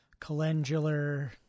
calendular